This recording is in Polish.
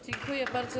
Dziękuję bardzo.